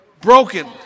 broken